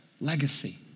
Legacy